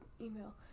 email